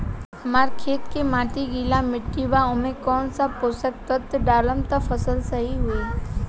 हमार खेत के माटी गीली मिट्टी बा ओमे कौन सा पोशक तत्व डालम त फसल सही होई?